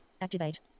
activate